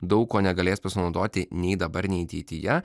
daug ko negalės pasinaudoti nei dabar nei ateityje